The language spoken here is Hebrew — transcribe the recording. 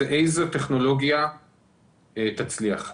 איזו טכנולוגיה תצליח,